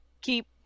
Keep